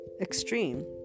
extreme